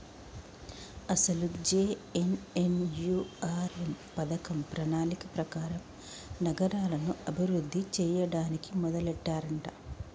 అసలు జె.ఎన్.ఎన్.యు.ఆర్.ఎం పథకం ప్రణాళిక ప్రకారం నగరాలను అభివృద్ధి చేయడానికి మొదలెట్టారంట